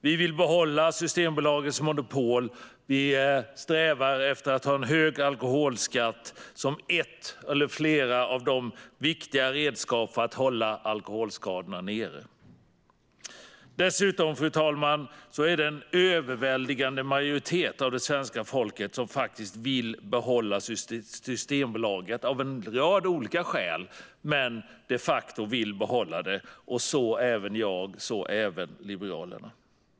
Vi vill behålla Systembolagets monopol, och vi strävar efter att ha en hög alkoholskatt som viktiga redskap för att hålla alkoholskadorna nere. Fru talman! Dessutom vill en överväldigande majoritet av det svenska folket av en rad olika skäl behålla Systembolaget. Men man vill de facto behålla det. Det vill även jag och Liberalerna.